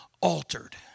altered